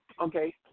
Okay